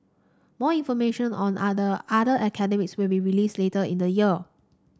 more information on the other other academies will be released later in the year